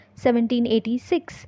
1786